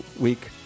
week